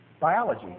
Biology